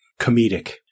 comedic